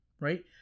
right